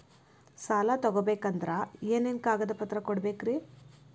ಸಾಲ ತೊಗೋಬೇಕಂದ್ರ ಏನೇನ್ ಕಾಗದಪತ್ರ ಕೊಡಬೇಕ್ರಿ?